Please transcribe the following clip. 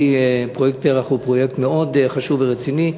פרויקט פר"ח הוא פרויקט מאוד חשוב ורציני.